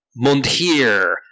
Mundhir